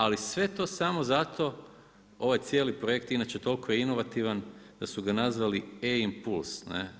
Ali, sve to samo zato, ovo je cijeli projekt inače toliko je inovativan, da su ga nazvali e-impuls.